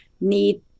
need